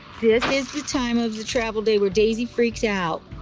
this is the time of the travel day where daisy freaks out.